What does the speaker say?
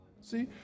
See